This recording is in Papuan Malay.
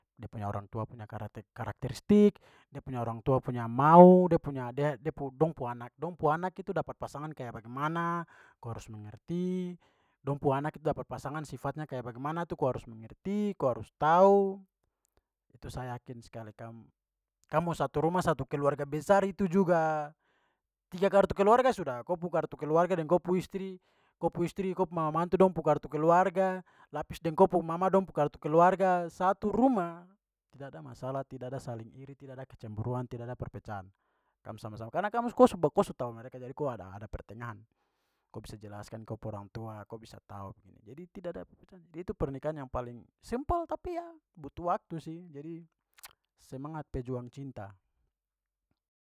Dia punya orang tua punya karakter-karakteristik, dia punya orang tua punya mau, dia punya- dia- dia pu- dong pu anak- dong pu anak itu dapat pasangan kayak bagemana, ko harus mengerti. Dong pu anak itu dapat pasangan sifatnya kayak bagemana tu ko harus mengerti, ko harus tahu. Itu sa yakin sekali kamu. Kam mo satu rumah satu keluarga besar itu juga, tiga kartu keluarga sudah, ko pu kartu keluarga dan ko pu istri, ko pu istri, ko pu mama mantu dong pu kartu keluarga, lapis deng ko pu mama dong pu kartu keluarga, satu rumah, tidak ada masalah, tidak ada saling iri, tidak ada kecemburuan, tidak ada perpecahan. Kam sama-sama. Karena kamu ko su tahu mereka jadi ko ada- ada pertengahan. Ko bisa jelaskan ko pu orang tua, ko bisa tau begitu. Jadi tidak ada perpecahan. Ya itu pernikahan yang paling simpel tapi, ya, butuh waktu sih. Jadi semangat pejuang cinta.